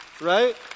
Right